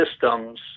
systems